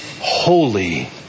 holy